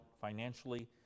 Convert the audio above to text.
financially